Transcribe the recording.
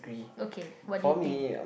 okay what do you think